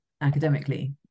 academically